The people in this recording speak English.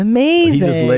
Amazing